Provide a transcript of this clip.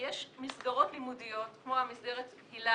יש מסגרות לימודיות כמו מסגרת היל"ה,